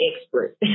expert